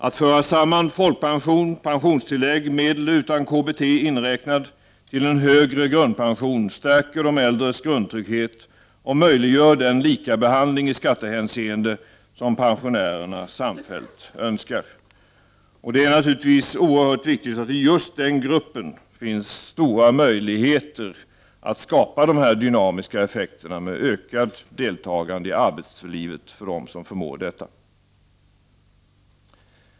Att föra samman folkpension, pensionstillägg — med eller utan KBT inräknat — till en högre grundpension innebär att de äldres grundtrygghet stärks och möjliggör den lika behandling i skattehänseende som pensionärerna samfällt önskar. Det är naturligtvis oerhört viktigt att det i just den gruppen finns stora möjligheter att skapa dessa dynamiska effekter, med ökat deltagande i arbetslivet för dem som förmår detta.